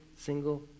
single